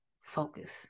focus